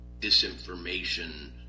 disinformation